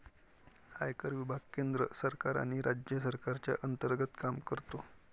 आयकर विभाग केंद्र सरकार आणि राज्य सरकारच्या अंतर्गत काम करतो